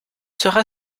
sera